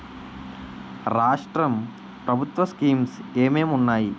రాష్ట్రం ప్రభుత్వ స్కీమ్స్ ఎం ఎం ఉన్నాయి?